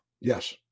Yes